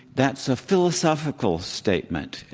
that's a philosophical statement,